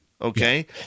Okay